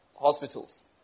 hospitals